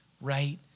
right